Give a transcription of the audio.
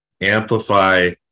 amplify